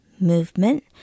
movement